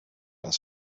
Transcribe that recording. his